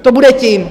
To bude tím.